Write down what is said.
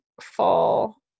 fall